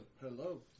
Hello